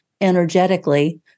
energetically